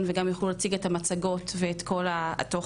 וגם יוכלו להציג את המצגות ואת כל התוכן.